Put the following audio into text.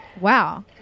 wow